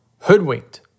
Hoodwinked